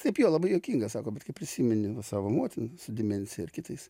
taip jo labai juokinga sako bet kai prisimeni va savo motiną su demencija ir kitais